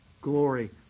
glory